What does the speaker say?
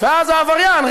ואז העבריין,